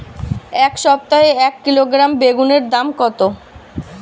এই সপ্তাহে এক কিলোগ্রাম বেগুন এর দাম কত?